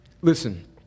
Listen